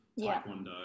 taekwondo